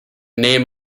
name